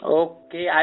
okay